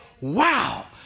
wow